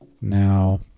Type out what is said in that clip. Now